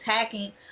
attacking